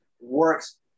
works